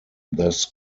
this